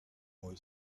boy